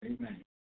Amen